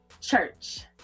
Church